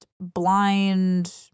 blind